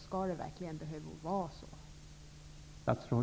Skall det verkligen behöva vara så?